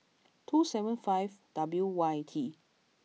two seven five W Y T